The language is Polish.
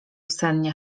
sennie